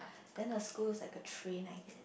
then the school is like a train I guess